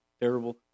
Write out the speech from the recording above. terrible